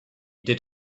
did